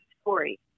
story